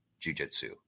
jujitsu